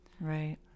Right